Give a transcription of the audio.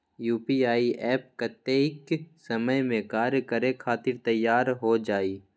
UPI app कतेइक समय मे कार्य करे खातीर तैयार हो जाई?